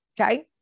Okay